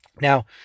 Now